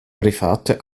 private